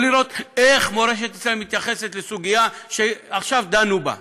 או לראות איך מורשת ישראל מתייחסת לסוגיה שעכשיו דנו בה,